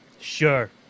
Sure